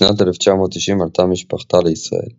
בשנת 1990 עלתה משפחתה לישראל.